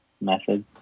method